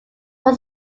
was